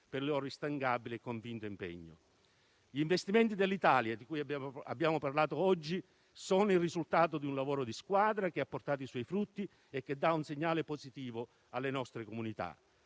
per l'instancabile e convinto impegno. Gli investimenti dell'Italia di cui abbiamo parlato oggi sono il risultato di un lavoro di squadra che ha portato i suoi frutti e che dà un segnale positivo alle nostre comunità;